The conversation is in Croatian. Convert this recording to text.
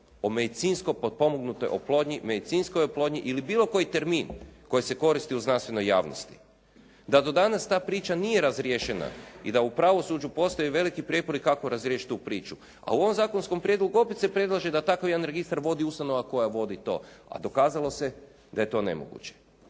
O medicinsko potpomognutoj oplodnji, medicinskoj oplodnji ili bilo koji termin koji se koristi u znanstvenoj javnosti. Da do danas ta priča nije razriješena i da u pravosuđu postoje veliki prijepori kako razriješiti tu priču. A u ovom zakonskom prijedlogu opet se predlaže da takav jedan registar vodi ustanova koja vodi to, a dokazalo se da je to nemoguće.